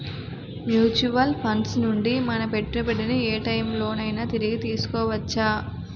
Mutual funds నుండి మన పెట్టుబడిని ఏ టైం లోనైనా తిరిగి తీసుకోవచ్చా?